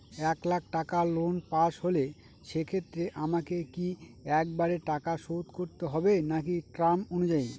এক লাখ টাকা loan pass হল সেক্ষেত্রে আমাকে কি একবারে টাকা শোধ করতে হবে নাকি টার্ম অনুযায়ী?